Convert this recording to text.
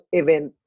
event